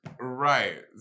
right